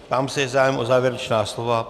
Ptám se, je zájem o závěrečná slova.